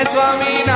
Swami